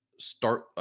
start